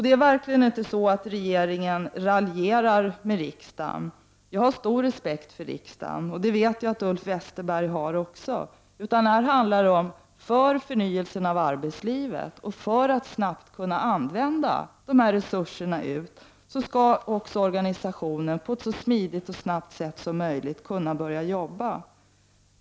Det är verkligen inte så att regeringen raljerar med riksdagen. Jag har stor respekt för riksdagen, och jag vet att Ulf Westerberg också har det. Nu handlar det om att vi — för förnyelsen av arbetslivet och för att vi snabbt skall kunna använda resurserna — inrättar organisationen för att den på ett så smidigt och snabbt sätt som möjligt skall kunna börja jobba.